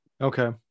Okay